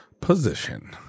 position